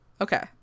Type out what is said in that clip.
Okay